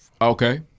Okay